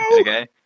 Okay